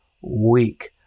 Week